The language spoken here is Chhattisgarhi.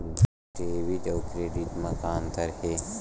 डेबिट अउ क्रेडिट म का अंतर हे?